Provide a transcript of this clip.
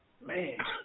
man